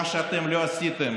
מה שאתם לא עשיתם